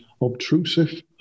obtrusive